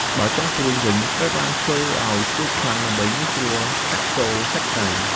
បើចុងព្រួញវិញ ត្រូវបានធ្វើឲ្យស្រួចខ្លាំងដើម្បីងាយស្រួលចាក់ចូលសាច់ត្រី។